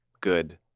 good